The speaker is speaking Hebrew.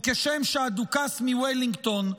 וכשם שהדוכס מוולינגטון,